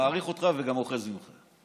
מעריך אותך וגם אוחז ממך,